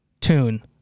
tune